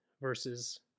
versus